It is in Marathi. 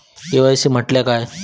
के.वाय.सी म्हटल्या काय?